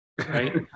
right